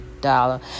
dollar